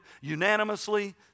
unanimously